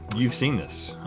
you've seen this,